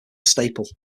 staple